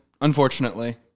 Unfortunately